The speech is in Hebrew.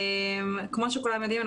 כמו שכולם יודעים,